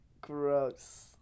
Gross